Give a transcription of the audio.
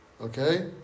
Okay